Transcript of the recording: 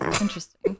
Interesting